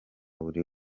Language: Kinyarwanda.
buri